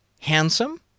handsome